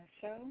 show